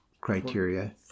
criteria